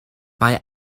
mae